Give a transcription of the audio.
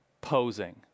posing